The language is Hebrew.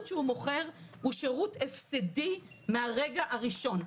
שהוא מוכר הוא שירות הפסדי מהרגע הראשון?